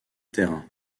terrain